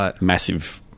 massive